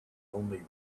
only